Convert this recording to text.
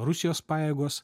rusijos pajėgos